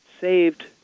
saved